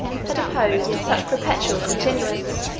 had opposed such perpetual continuance,